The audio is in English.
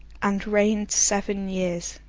and reigned seven years.